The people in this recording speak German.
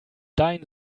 dein